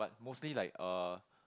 mostly like uh